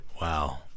Wow